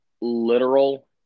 literal